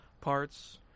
parts